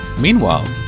Meanwhile